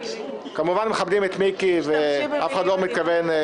כמובן, מכבדים את מיקי ואף אחד לא מתכוון.